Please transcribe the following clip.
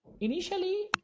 initially